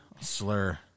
Slur